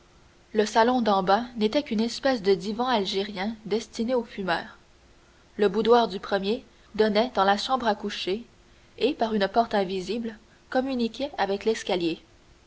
le salon d'en bas n'était qu'une espèce de divan algérien destiné aux fumeurs le boudoir du premier donnait dans la chambre à coucher et par une porte invisible communiquait avec l'escalier